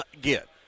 get